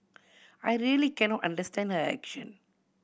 I really cannot understand her action